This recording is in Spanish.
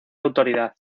autoridad